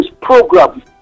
program